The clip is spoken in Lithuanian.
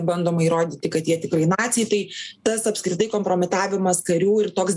bandoma įrodyti kad jie tikri naciai tai tas apskritai kompromitavimas karių ir toks